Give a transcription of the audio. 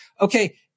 okay